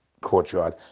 courtyard